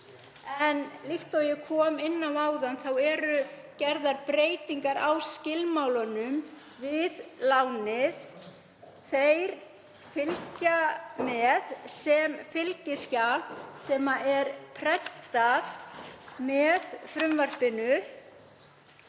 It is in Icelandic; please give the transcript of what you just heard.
en líkt og ég kom inn á áðan eru gerðar breytingar á skilmálunum við lánið. Þeir fylgja með sem fylgiskjal sem er prentað með frumvarpinu